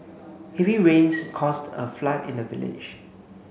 heavy rains caused a flood in the village